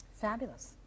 Fabulous